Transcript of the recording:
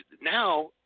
now